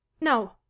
No